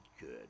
good